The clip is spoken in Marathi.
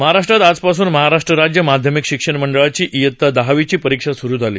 महाराष्ट्रात आजपासून महाराष्ट्र राज्य माध्यमिक शिक्षण मंडळाची इयता दहावीची परीक्षा स्रु झाली